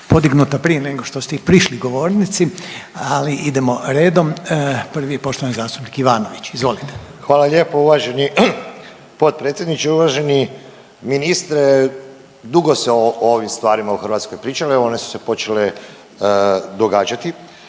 podignuta prije nego što ste i prišli govornici, ali idemo redom, prvi je poštovani zastupnik Ivanović, izvolite. **Ivanović, Goran (HDZ)** Hvala lijepo uvaženi potpredsjedniče. Uvaženi ministre, dugo se o ovim stvarima u Hrvatskoj pričalo, one su se počele događati.